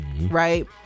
right